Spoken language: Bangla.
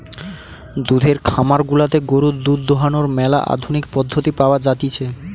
দুধের খামার গুলাতে গরুর দুধ দোহানোর ম্যালা আধুনিক পদ্ধতি পাওয়া জাতিছে